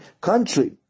country